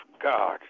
God